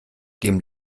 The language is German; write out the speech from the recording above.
dem